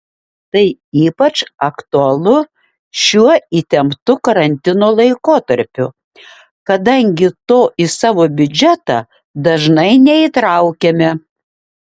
tai ypač aktualu šiuo įtemptu karantino laikotarpiu kadangi to į savo biudžetą dažnai neįtraukiame